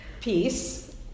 peace